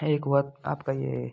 एक वक्त आपका ये